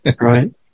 right